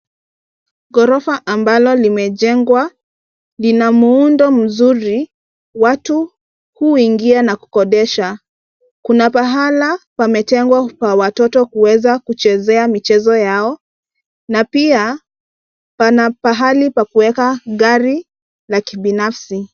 Ghorofa ambalo limejengwa, linamuundo mzuri ,watu huingia na kukodesha. Kuna pahala, pametengwa kwa watoto kuweza kuchezea michezo yao na pia, pana pahali pa kuweka gari la kibinafsi.